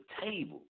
table